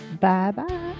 Bye-bye